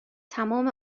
تمام